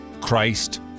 Christ